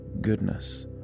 goodness